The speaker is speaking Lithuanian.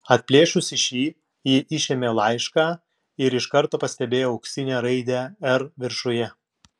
atplėšusi šį ji išėmė laišką ir iš karto pastebėjo auksinę raidę r viršuje